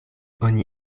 oni